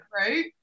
right